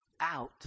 out